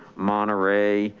monterey,